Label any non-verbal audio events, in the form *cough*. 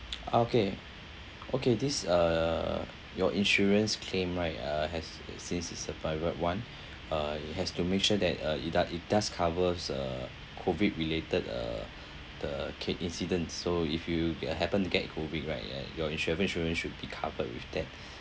*noise* okay okay this uh your insurance claim right uh has it since it's a private [one] uh you has to make sure that uh it do~ it does covers uh COVID related uh the case incident so if you were happen to get in COVID right ya your insura~ insurance should be covered with that